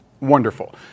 wonderful